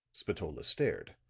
spatola stared.